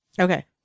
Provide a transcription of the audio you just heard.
Okay